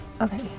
okay